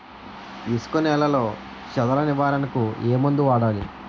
ఇసుక నేలలో చదల నివారణకు ఏ మందు వాడాలి?